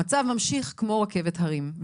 המצב ממשיך כמו רכבת הרים,